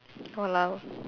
!walao!